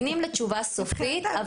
הם ממתינים לתשובה סופית,